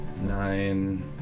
Nine